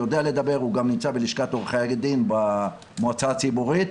הוא גם נמצא בלשכת עורכי הדין במועצה הציבורית.